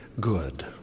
good